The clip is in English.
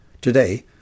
Today